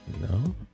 No